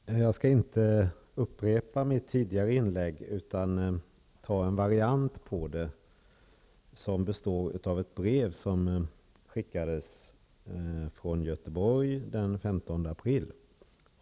Fru talman! Jag skall inte upprepa mitt tidigare inlägg, utan välja en variant av det som består av ett brev som skickades från Göteborg den 15 april.